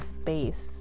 space